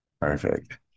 perfect